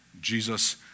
Jesus